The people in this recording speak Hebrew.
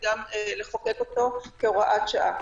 וכמובן גם בכלי שהשב"כ מפעיל וגם בכלים שהמשטרה מפעילה.